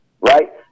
right